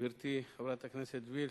גברתי חברת הכנסת וילף,